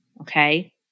Okay